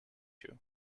you